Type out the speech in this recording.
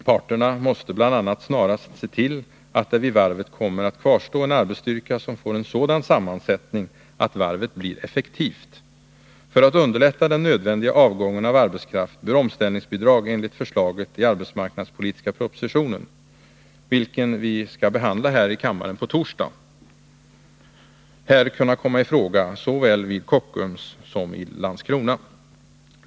Parterna måste bl.a. snarast se till att det vid varvet kommer att kvarstå en arbetsstyrka som får en sådan sammansättning att varvet blir effektivt. För att underlätta den nödvändiga avgången av arbetskraft bör omställningsbidrag enligt förslaget i den arbetsmarknadspolitiska propositionen, vilken vi skall behandla här i kammaren på torsdag, kunna komma i fråga såväl vid Kockums som i Landskrona.